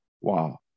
Wow